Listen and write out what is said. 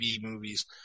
movies